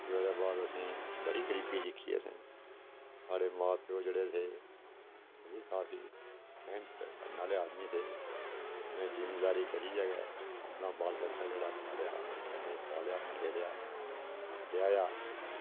फ्ही ओह्दे बाद असें ई बड़ी गरीबी दिक्खी असें साढ़े मां प्यो जेह्ड़े हे ओह् बी काफी मैह्नत करने आह्ले आदमी हे उ'नें जिमी दारी करियै गै अपना बाल बच्चा जेह्ड़ा पालेआ असें पालेया मठेरेया ब्हाएआ